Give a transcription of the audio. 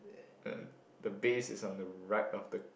uh the base is on the right of the